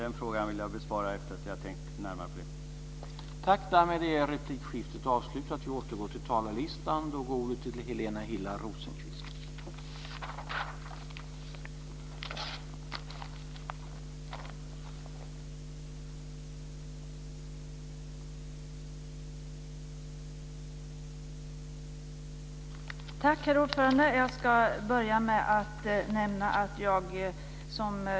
Den frågan vill jag besvara efter att jag har tänkt närmare på den.